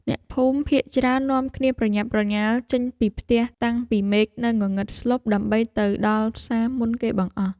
អ្នកភូមិភាគច្រើននាំគ្នាប្រញាប់ប្រញាល់ចេញពីផ្ទះតាំងពីមេឃនៅងងឹតស្លុបដើម្បីទៅដល់ផ្សារមុនគេបង្អស់។